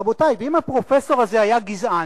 רבותי, ואם הפרופסור הזה היה גזען,